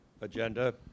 agenda